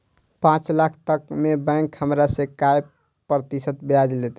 पाँच लाख तक में बैंक हमरा से काय प्रतिशत ब्याज लेते?